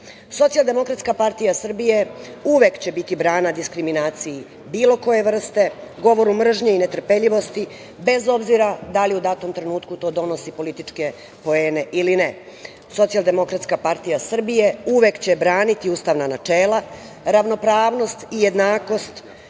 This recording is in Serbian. sebe. Socijaldemokratska partija Srbije uvek će biti brana diskriminaciji bilo koje vrste, govoru mržnje, netrpeljivosti, bez obzira da li u datom trenutku to donosi političke poene ili ne. Socijaldemokratska partija Srbije uvek će braniti ustavna načela, ravnopravnost i jednakost,